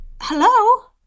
hello